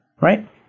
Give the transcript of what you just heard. Right